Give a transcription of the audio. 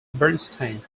bernstein